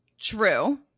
True